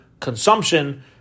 consumption